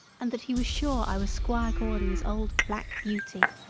and that he was sure i was squire gordon's old black beauty.